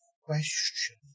question